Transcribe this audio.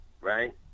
right